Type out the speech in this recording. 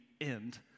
end